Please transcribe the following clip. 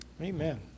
Amen